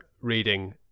reading